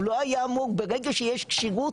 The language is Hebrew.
הוא לא היה אמור ברגע שיש כשירות,